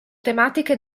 tematiche